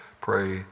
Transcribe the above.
pray